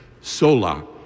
sola